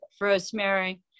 rosemary